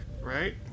right